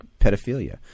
pedophilia